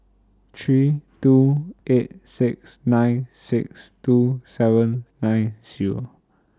three two eight six nine six two seven nine Zero